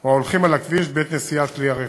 או הולכים על הכביש בעת נסיעת כלי הרכב.